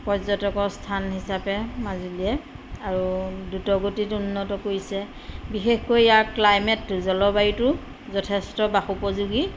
পৰ্যটকৰ স্থান হিচাপে মাজুলীয়ে আৰু দ্ৰুত গতিত উন্নত কৰিছে বিশেষকৈ ইয়াৰ ক্লাইমেটটো জলবায়ুটো যথেষ্ট বাসোপযোগী